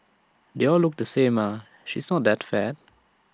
they all look the same ah she's not that fat